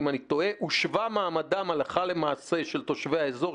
הושווה מעמדם הלכה למעשה של תושבי אזור,